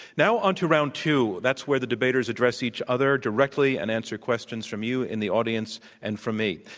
now on to round two. that's where the debaters address each other directly and answer questions from you in the audience and from me.